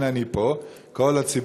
הנה אני פה, כל הציבור